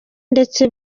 ndetse